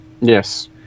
Yes